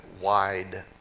wide